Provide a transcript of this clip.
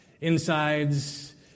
insides